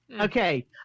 okay